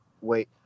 wait